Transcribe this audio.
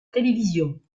télévision